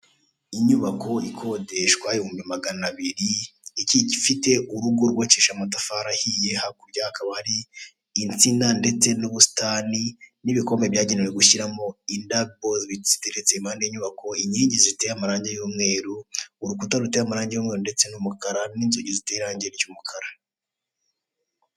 Inyubako ikodeshwa ibihumbi magana agiye ifite urugo rwubakishije amatafari ahiye hakurya hakaba hari insina ndetse n'ubusitani n'ibikombe byagenewe gushyiramo indabo ziteretse impande y'inyubako, inkingi ziteye amarangi y'umweru urukuta ruteye amarangi y'umweru ndetse n'umukara n'inzugi ziteye irangi ry'umukara.